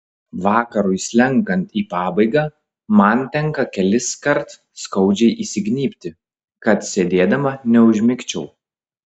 vakarui slenkant į pabaigą man tenka keliskart skaudžiai įsignybti kad sėdėdama neužmigčiau